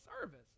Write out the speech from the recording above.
service